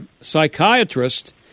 psychiatrist